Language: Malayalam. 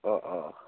ഒ ഓ